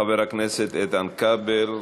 חבר הכנסת כבל,